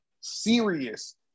serious